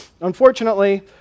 Unfortunately